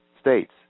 states